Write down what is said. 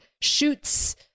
shoots